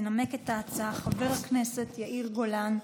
ינמק את ההצעה חבר הכנסת יאיר גולן,